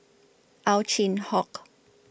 Ow Chin Hock